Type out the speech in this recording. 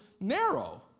narrow